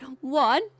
one